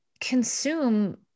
consume